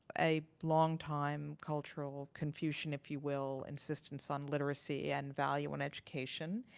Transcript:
a long time cultural confucian, if you will insistence on literacy and value on education.